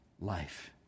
life